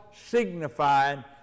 signifying